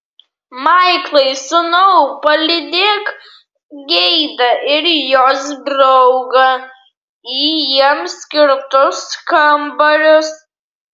maiklai sūnau palydėk geidą ir jos draugą į jiems skirtus kambarius